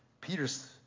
Peter's